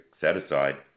set-aside